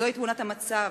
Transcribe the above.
זוהי תמונת המצב,